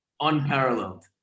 unparalleled